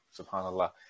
Subhanallah